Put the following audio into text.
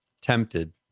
tempted